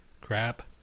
Crap